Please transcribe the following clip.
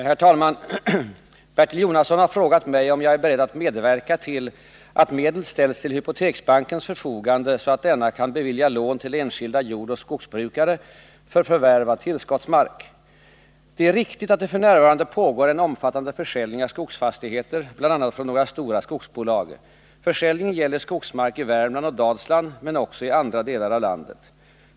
Herr talman! Bertil Jonasson har frågat mig om jag är beredd att medverka till att medel ställs till hypoteksbankens förfogande så att denna kan bevilja lån till enskilda jordoch skogsbrukare för förvärv av tillskottsmark. Det är riktigt att det f. n. pågår en omfattande försäljning av skogsfastigheter, bl.a. från några stora skogsbolag. Försäljningen gäller skogsmark i Värmland och Dalsland men också i andra delar av landet.